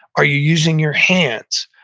are you using your hands,